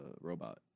robot